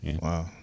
Wow